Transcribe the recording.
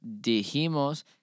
dijimos